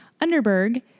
Underberg